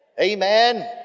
Amen